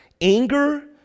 anger